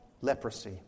leprosy